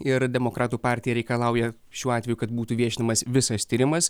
ir demokratų partija reikalauja šiuo atveju kad būtų viešinimas visas tyrimas